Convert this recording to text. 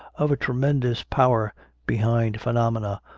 of a tremendous power behind phenomena,